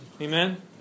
Amen